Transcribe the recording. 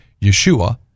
Yeshua